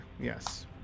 yes